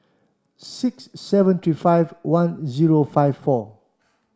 six seven three five one zero five four